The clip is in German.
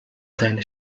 seine